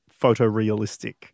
photorealistic